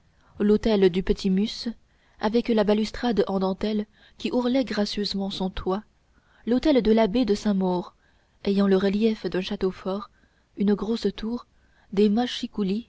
l'hôtel du petit muce avec la balustrade en dentelle qui ourlait gracieusement son toit l'hôtel de l'abbé de saint-maur ayant le relief d'un château fort une grosse tour des